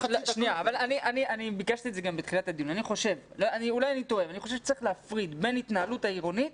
אני חושב שצריך להפריד בין ההתנהלות העירונית